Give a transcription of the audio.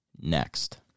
next